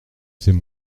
c’est